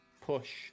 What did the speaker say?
push